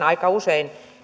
aika usein